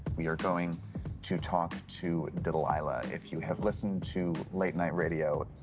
we are going to talk to delilah. if you have listened to late night radio